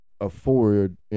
afford